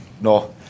no